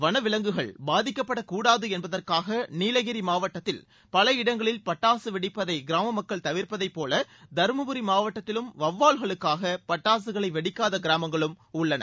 வனவிலங்குகள் பாதிக்கப்பட கூடாது என்பதற்காக நீலகிரி மாவட்டத்தில் பல இடங்களில் பட்டாசு வெடிப்பதை கிராம மக்கள் தவிா்ப்பதை போல் தருமபுரி மாவட்டத்திலும் வெளவால்களுக்காக பட்டாசுகளை வெடிக்காத கிராமங்களும் உள்ளன